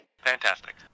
Fantastic